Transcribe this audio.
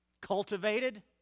cultivated